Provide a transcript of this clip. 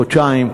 חודשיים,